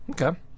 Okay